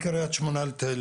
קיבלתי רשימה --- לא,